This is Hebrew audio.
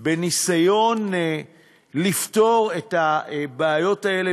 בניסיון לפתור את הבעיות האלה,